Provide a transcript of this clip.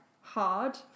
hard